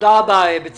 תודה רבה, בצלאל.